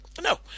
No